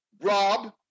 Rob